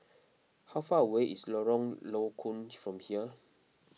how far away is Lorong Low Koon from here